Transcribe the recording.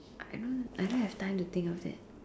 I don't I don't have time to think of it